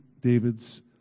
David's